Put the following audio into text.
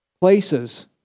places